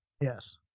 Yes